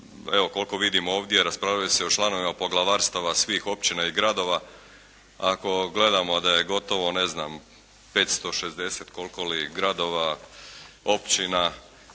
evo koliko vidim ovdje raspravljalo se o članovima poglavarstava svih općina i gradova. Ako gledamo da je gotovo ne znam 560 koliko li gradova, općina,